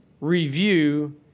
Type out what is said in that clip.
review